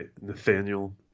Nathaniel